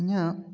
ᱤᱧᱟᱹᱜ